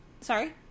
sorry